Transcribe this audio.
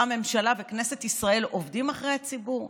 ממשלה וכנסת ישראל עובד בשביל הציבור?